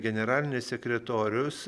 generalinis sekretorius